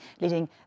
leading